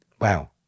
Wow